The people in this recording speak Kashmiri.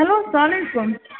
ہیٚلو اسلام علیکُم